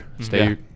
stay